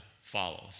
follows